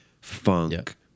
funk